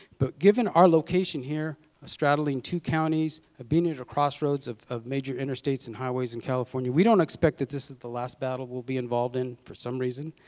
but given our location here straddling two counties, being at a crossroads of of major interstates and highways in california, we don't expect that this is the last battle we will be involved in, for some reason.